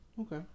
Okay